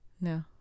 no